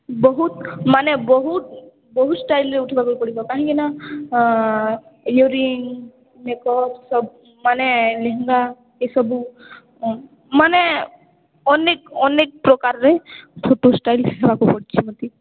ବହୁତ୍ ମାନେ ବହୁତ୍ ବହୁତ୍ ଷ୍ଟାଇଲ୍ରେ ଉଠେଇବାକୁ ପଡ଼ିବ କାହିଁକି ନା ଇଅରିଂ ମେକଅପ୍ ମାନେ ଲେହେଙ୍ଗା ଏସବୁ ମାନେ ଅନେକ ଅନେକ ପ୍ରକାରରେ ଫୋଟୋ ଷ୍ଟାଇଲ୍ ଦେବାକୁ ପଡ଼ିଛି ମତେ